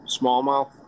smallmouth